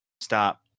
stop